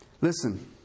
Listen